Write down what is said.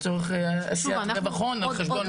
לצורך עשיית רווח הון על חשבון מישהו אחר.